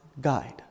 guide